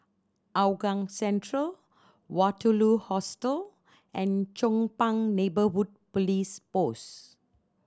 Hougang Central Waterloo Hostel and Chong Pang Neighbourhood Police Post